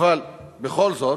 אבל בכל זאת,